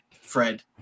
fred